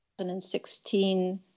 2016